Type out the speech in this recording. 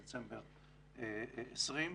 דצמבר 2020,